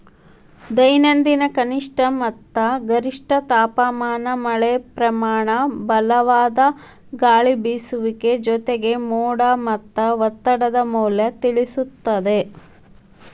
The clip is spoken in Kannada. ದೈನಂದಿನ ಕನಿಷ್ಠ ಮತ್ತ ಗರಿಷ್ಠ ತಾಪಮಾನ ಮಳೆಪ್ರಮಾನ ಬಲವಾದ ಗಾಳಿಬೇಸುವಿಕೆ ಜೊತೆಗೆ ಮೋಡ ಮತ್ತ ಒತ್ತಡದ ಮೌಲ್ಯ ತಿಳಿಸುತ್ತದೆ